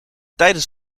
tijdens